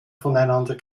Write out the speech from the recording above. voneinander